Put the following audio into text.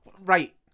right